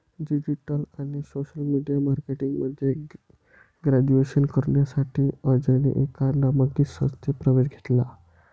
digital आणि social media marketing मध्ये graduation करण्यासाठी अजयने एका नामांकित संस्थेत प्रवेश घेतला